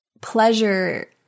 pleasure